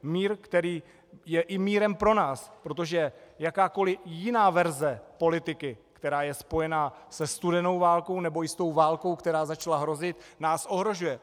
Mír, který je i mírem pro nás, protože jakákoli jiná verze politiky, která je spojena se studenou válkou nebo i s tou válkou, která začala hrozit, nás ohrožuje!